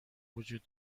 وجود